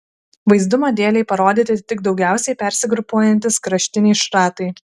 vaizdumo dėlei parodyti tik daugiausiai persigrupuojantys kraštiniai šratai